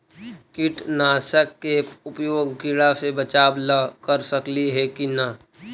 कीटनाशक के उपयोग किड़ा से बचाव ल कर सकली हे की न?